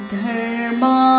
Dharma